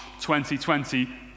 2020